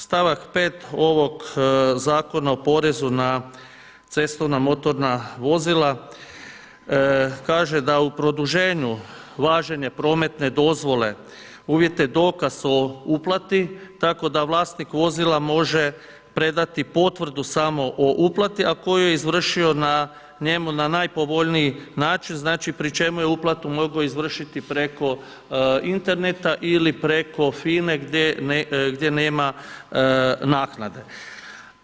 Stavak 5 ovog Zakona o porezu na cestovna motorna vozila kaže da u produženju važenje prometne dozvole uvjet je dokaz o uplati tako da vlasnik vozila može predati potvrdu samo o uplati, a koju je izvršio na njemu na najpovoljniji način, znači pri čemu je uplatu mogao izvršiti preko Interneta ili preko FINE gdje nema naknade.